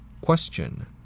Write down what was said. Question